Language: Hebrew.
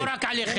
זה הכולא.